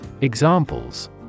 Examples